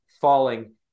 falling